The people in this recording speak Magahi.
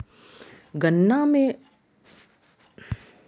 भारत मे गन्ना उत्पादन के मामले मे उत्तरप्रदेश अग्रणी राज्य हय